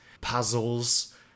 puzzles